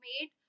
made